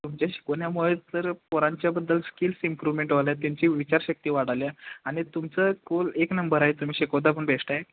तुमच्या शिकवण्यामुळे जर पोरांच्याबद्दल स्किल्स इम्प्रूव्हमेंट व्हाल्यात त्यांची विचारशक्ती वाढायला आणि तुमचं कुल एक नंबर आहे तुम्ही शिकवता पण बेस्ट आहे